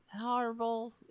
horrible